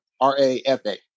R-A-F-A